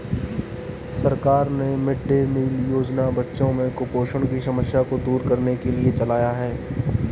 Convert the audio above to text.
सरकार ने mid day meal योजना बच्चों में कुपोषण की समस्या को दूर करने के लिए चलाया है